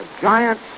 Giant